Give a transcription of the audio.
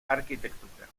arquitectura